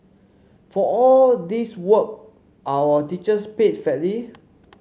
for all this work are our teachers paid fairly